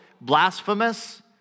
blasphemous